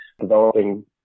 developing